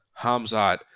Hamzat